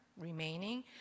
remaining